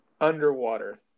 underwater